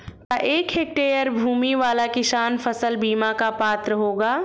क्या एक हेक्टेयर भूमि वाला किसान फसल बीमा का पात्र होगा?